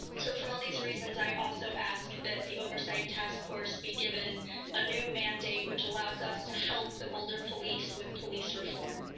so for all these reasons, i also asked that the oversight task force be given a new mandate which allows us to help the boulder police with police reform.